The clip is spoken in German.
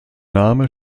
name